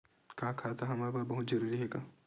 का खाता हमर बर बहुत जरूरी हे का?